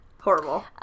Horrible